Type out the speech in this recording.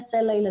יהיה צל לילדים.